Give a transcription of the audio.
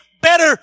better